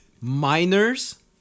Miners